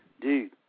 Dude